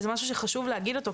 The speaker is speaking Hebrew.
זה משהו שחשוב להגיד אותו,